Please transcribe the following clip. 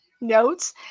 notes